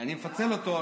אני מפצל אותו,